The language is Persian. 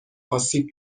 آسیب